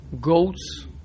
goats